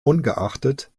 ungeachtet